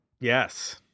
Yes